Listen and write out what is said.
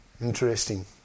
Interesting